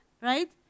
Right